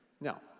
Now